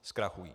Zkrachují.